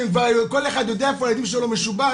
שכבר כל אחד יודע איפה הבן שלו משובץ,